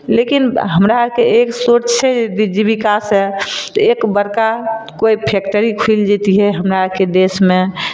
लेकिन हमरा आरके एक सोच छै जीबिका से एक बड़का कोइ फैकटरी खुलि जैतिऐ हमरा आरके देशमे